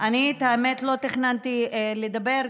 אני לא תכננתי לדבר,